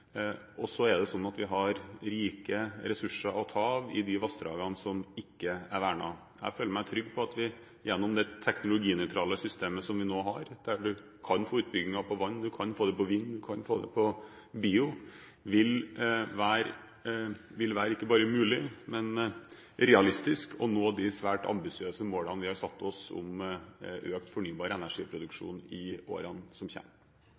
Vi har rike ressurser å ta av i de vassdragene som ikke er vernet. Jeg føler meg trygg på at vi gjennom det teknologinøytrale systemet som vi nå har, der man kan få utbygginger av vannkraft, vindkraft og bioenergi, vil det være ikke bare mulig, men realistisk å nå de svært ambisiøse målene vi har satt oss, om økt fornybar energi-produksjon i årene som